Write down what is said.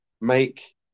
make